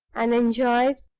and enjoyed,